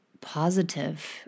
positive